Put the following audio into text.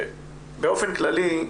באופן כללי,